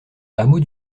hameau